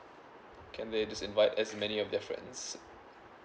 can they just invite as many of their friends